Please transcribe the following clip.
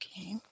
Okay